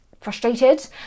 frustrated